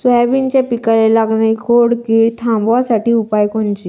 सोयाबीनच्या पिकाले लागनारी खोड किड थांबवासाठी उपाय कोनचे?